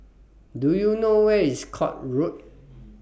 Do YOU know Where IS Court Road